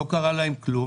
לא קרה להם כלום,